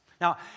Now